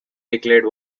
declared